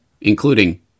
including